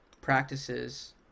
practices